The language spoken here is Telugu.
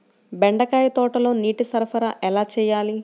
బెండకాయ తోటలో నీటి సరఫరా ఎలా చేయాలి?